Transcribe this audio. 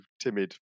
timid